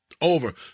Over